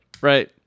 right